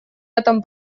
этом